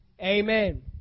amen